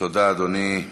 תודה, אדוני.